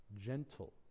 gentle